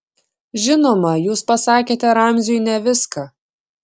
žinoma jūs pasakėte ramziui ne viską